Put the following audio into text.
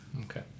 Okay